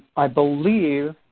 i believe